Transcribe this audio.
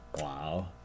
Wow